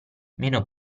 meno